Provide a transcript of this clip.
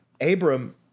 Abram